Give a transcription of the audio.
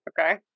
Okay